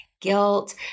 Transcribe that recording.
guilt